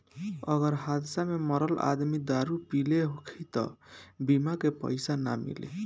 अगर हादसा में मरल आदमी दारू पिले होखी त बीमा के पइसा ना मिली